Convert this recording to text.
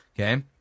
Okay